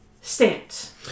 stance